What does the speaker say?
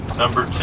number two,